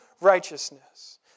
righteousness